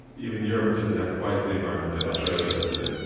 even europe doesn't have quite the environment that australia does today.